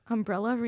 Umbrella